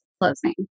closing